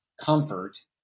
comfort